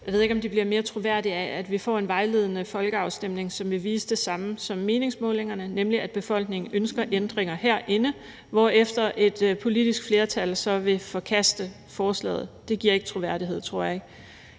Jeg ved ikke, om det bliver mere troværdigt af, at vi får en vejledende folkeafstemning, som vil vise det samme som meningsmålingerne, nemlig at befolkningen ønsker ændringer herinde, hvorefter et politisk flertal så vil forkaste forslaget. Det tror jeg ikke giver troværdighed. Jeg synes,